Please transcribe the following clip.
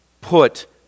put